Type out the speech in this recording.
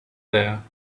there